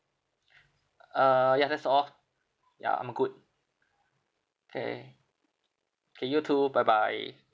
uh ya that's all ya I'm good K K you too bye bye